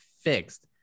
fixed